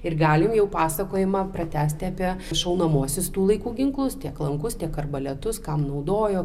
ir galim jau pasakojimą pratęsti apie šaunamuosius tų laikų ginklus tiek lankus tiek arbaletus kam naudojo